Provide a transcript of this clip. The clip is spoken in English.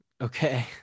okay